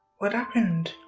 what happened?